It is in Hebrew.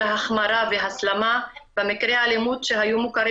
להחמרה והסלמה במקרי אלימות שהיו מוכרים